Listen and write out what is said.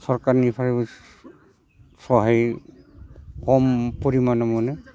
सरखारनिफ्रायबो सहाय खम परिमानाव मोनो